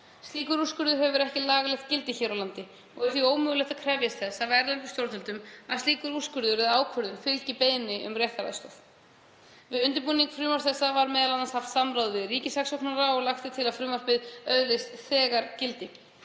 Slíkur úrskurður hefur ekki lagalegt gildi hér á landi og því ómögulegt að krefjast þess af erlendum stjórnvöldum að slíkur úrskurður eða ákvörðun fylgi beiðni um réttaraðstoð. Við undirbúning frumvarps þessa var meðal annars haft samráð við ríkissaksóknara. Lagt er til að frumvarpið öðlist þegar gildi.